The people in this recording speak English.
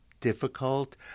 difficult